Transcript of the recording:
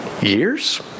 years